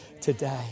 today